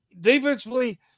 Defensively